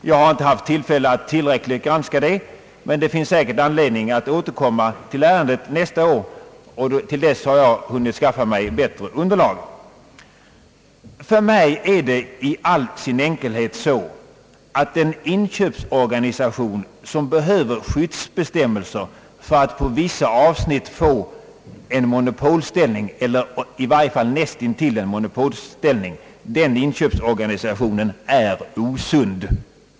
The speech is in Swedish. Jag har inte haft tillfälle att tillräckligt noggrant granska den saken, men det blir säkert anledning att återkomma till ärendet nästa år, och till dess har jag säkert hunnit skaffa mig ett bättre underlag. För mig är det i all sin enkelhet så, att en inköpsorganisation som behöver skyddsbestämmelser av detta slag och därigenom på vissa avsnitt får en monopolställning eller i varje fall en ställning näst intill monopol är osund.